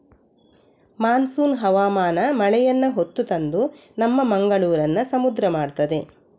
monsoon ಹವಾಮಾನ ಮಳೆಯನ್ನ ಹೊತ್ತು ತಂದು ನಮ್ಮ ಮಂಗಳೂರನ್ನ ಸಮುದ್ರ ಮಾಡ್ತದೆ